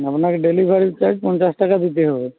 আপনাকে delivery charge পঞ্চাশ টাকা দিতে হবে